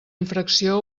infracció